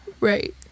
Right